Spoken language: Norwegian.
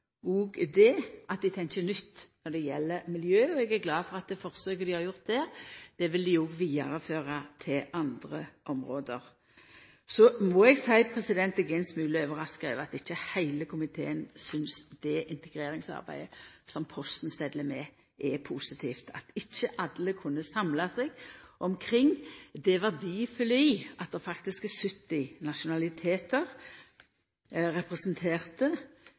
og det at dei tenkjer nytt når det gjeld miljø. Eg er glad for at det forsøket dei har gjort der, vil dei òg vidareføra til andre område. Så må eg seia at eg er ein smule overraska over at ikkje heile komiteen synest at det integreringsarbeidet som Posten steller med, er positivt. Det ikkje alle kunne samla seg om, galdt integreringsarbeidet, og det er faktisk 70 nasjonalitetar som er representerte som arbeidstakarar i Posten. Det er